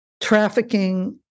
Trafficking